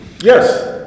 Yes